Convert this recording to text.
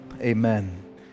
Amen